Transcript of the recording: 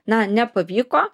na nepavyko